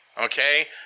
Okay